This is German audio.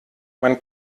man